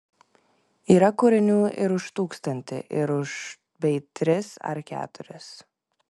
yra kūrinių ir už tūkstantį ir už bei tris ar keturis